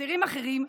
אסירים אחרים,